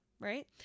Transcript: right